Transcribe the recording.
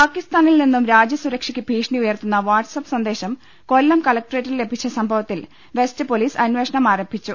പാകിസ്ഥാനിൽ നിന്നും രാജ്യസുരക്ഷയ്ക്ക് ഭീഷണി ഉയർത്തുന്ന വാട്സ്ആപ്പ് സന്ദേശം കൊല്ലം കളക്ടറേറ്റിൽ ലഭിച്ച സംഭവത്തിൽ വെസ്റ്റ് പോലീസ് അന്വേഷണം ആരംഭിച്ചു